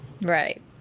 Right